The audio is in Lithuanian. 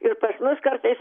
ir pas mus kartais